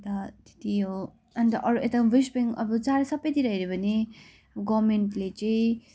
अन्त त्यत्ति हो अन्त अरू यता वेस्ट बेङ्गाल अरू चारै सबैतिर हेऱ्यो भने गभर्मेन्टले चाहिँ